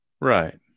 Right